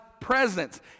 presence